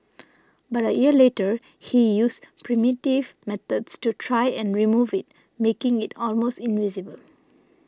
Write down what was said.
but a year later he used primitive methods to try and remove it making it almost invisible